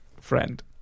friend